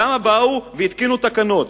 למה באו והתקינו תקנות?